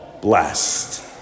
blessed